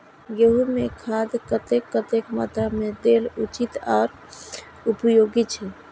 गेंहू में खाद कतेक कतेक मात्रा में देल उचित आर उपयोगी छै?